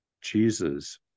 Jesus